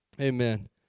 Amen